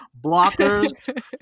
Blockers